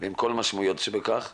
עם כל המשמעויות שבכך.